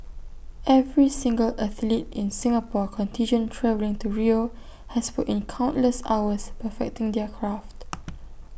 every single athlete in the Singapore contingent travelling to Rio has put in countless hours perfecting their craft